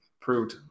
proved